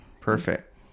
perfect